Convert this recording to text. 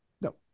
No